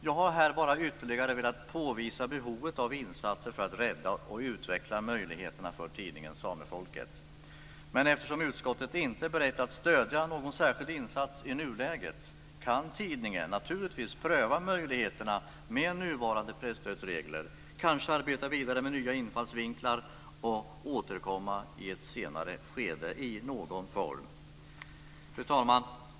Jag har här bara ytterligare velat påvisa behovet av insatser för att rädda och utveckla möjligheterna för tidningen Samefolket, men eftersom utskottet inte är berett att stödja någon särskild insats i nuläget kan tidningen naturligtvis pröva möjligheterna med nuvarande presstödsregler, kanske arbeta vidare med nya infallsvinklar och återkomma i ett senare skede i någon form. Fru talman!